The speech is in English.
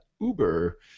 Uber